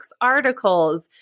articles